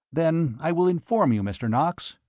then i will inform you, mr. knox.